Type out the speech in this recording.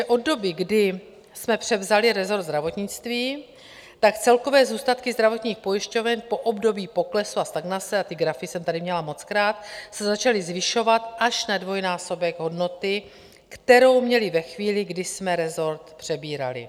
Od doby, kdy jsme převzali resort zdravotnictví, tak celkové zůstatky zdravotních pojišťoven po období poklesu a stagnace, ty grafy jsem tady měla mockrát, se začaly zvyšovat až na dvojnásobek hodnoty, kterou měly ve chvíli, kdy jsme resort přebírali.